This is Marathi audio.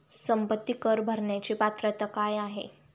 संपत्ती कर भरण्याची पात्रता काय आहे?